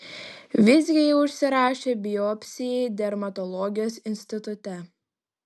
visgi ji užsirašė biopsijai dermatologijos institute